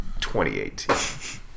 2018